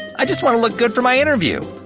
i just wanna look good for my interview!